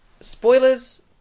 spoilers